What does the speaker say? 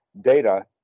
data